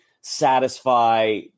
satisfy